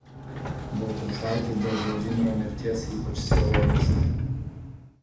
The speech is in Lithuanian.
baltrušaitis dėl vladimiro mirties ypač sielojosi